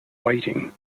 whiting